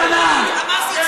קטנטנה, הנשיא, מי אתם?